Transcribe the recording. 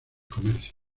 comercio